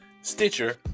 Stitcher